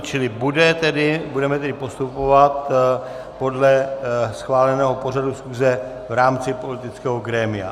Čili budeme tedy postupovat podle schváleného pořadu schůze v rámci politického grémia.